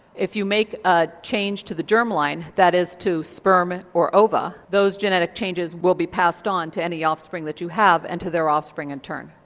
if you make a change to the germ line, that is to sperm or ova, those genetic changes will be passed on to any offspring that you have and to their offspring in turn.